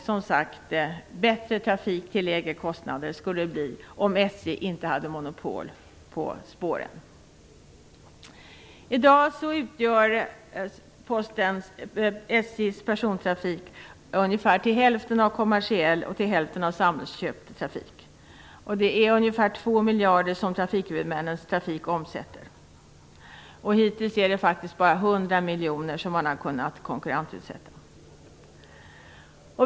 Det skulle bli bättre trafik till lägre kostnader om Det är ungefär 2 miljarder som trafikhuvudmännens trafik omsätter. Hittills är det bara 100 miljoner som man har kunnat konkurrensutsätta.